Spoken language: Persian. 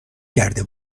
کرده